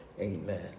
Amen